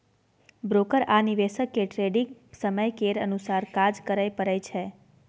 broker आ निवेशक केँ ट्रेडिग समय केर अनुसार काज करय परय छै